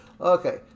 Okay